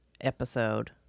episode